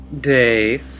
Dave